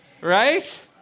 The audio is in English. right